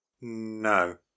No